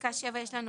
לפסקה 7 יש לנו